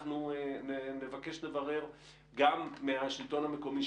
נבקש גם מהשלטון המקומי,